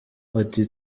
ati